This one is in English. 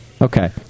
Okay